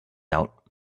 out